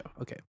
okay